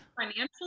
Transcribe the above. financially